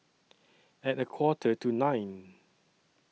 At A Quarter to nine